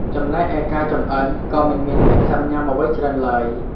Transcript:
ចំណែកឯការចម្អិន ក៏មិនមានភាពស៊ាំញុាំអ្វីច្រើនឡើយ។